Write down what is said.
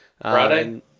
Friday